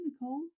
Nicole